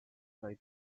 try